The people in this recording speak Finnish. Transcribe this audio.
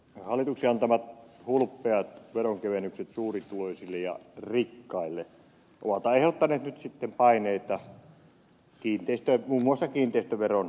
hallituksen antamat hulppeat veronkevennykset suurituloisille ja rikkaille ovat aiheuttaneet nyt sitten paineita muun muassa kiinteistöveron korotukseen